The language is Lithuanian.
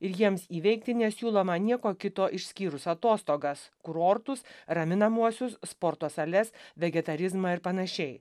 ir jiems įveikti nesiūloma nieko kito išskyrus atostogas kurortus raminamuosius sporto sales vegetarizmą ir panašiai